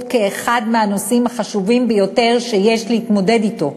כאחד מהנושאים החשובים ביותר שיש להתמודד אתם,